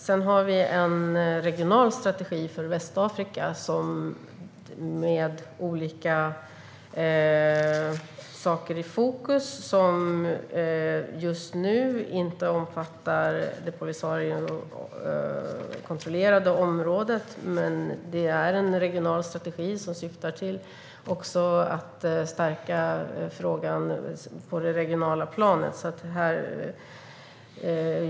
Sedan finns det en regional strategi för Västafrika med olika saker i fokus som just nu inte omfattar det Polisariokontrollerade området. Det är en strategi som syftar till att stärka frågan på det regionala planet.